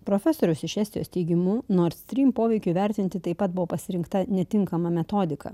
profesoriaus iš estijos teigimu nord strym poveikiui vertinti taip pat buvo pasirinkta netinkama metodika